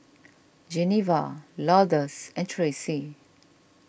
Genevra Lourdes and Traci